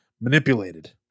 manipulated